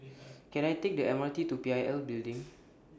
Can I Take The M R T to P I L Building